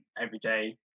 everyday